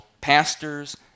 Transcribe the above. pastors